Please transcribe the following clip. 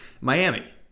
Miami